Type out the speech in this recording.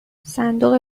صندوق